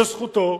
לזכותו,